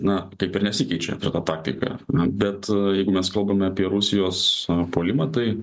na kaip ir nesikeičia trata taktika bet mes kalbame apie rusijos puolimą tai